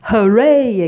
Hooray